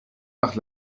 nach